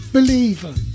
Believer